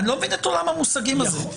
אני לא מבין את עולם המושגים הזה.